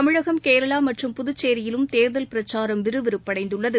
தமிழகம் கேரளா மற்றும் புதுச்சேரியிலும் தேர்தல் பிரச்சாரம் விறுவிறுப்படைந்துள்ளது